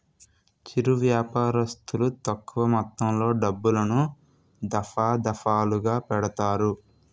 చిరు వ్యాపారస్తులు తక్కువ మొత్తంలో డబ్బులను, దఫాదఫాలుగా పెడతారు